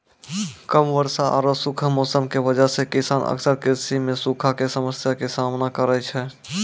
कम वर्षा आरो खुश्क मौसम के वजह स किसान अक्सर कृषि मॅ सूखा के समस्या के सामना करै छै